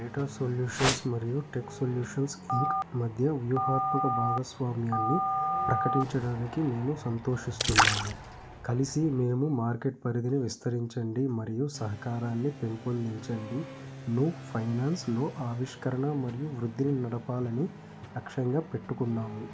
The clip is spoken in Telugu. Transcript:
డేటా సొల్యూషన్స్ మరియు టెక్ సొల్యూషన్స్ ఇంక్ మధ్య వ్యూహాత్మక భాగస్వామ్యాన్ని ప్రకటించడానికి మేము సంతోషిస్తున్నాము కలిసి మేము మార్కెట్ పరిధిని విస్తరించడం మరియు సహకారాన్ని పెంపొందించడంను ఫైనాన్స్లో ఆవిష్కరణ మరియు వృద్ధిని నడపాలని లక్ష్యంగా పెట్టుకున్నాము